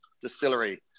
Distillery